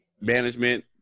management